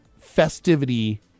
festivity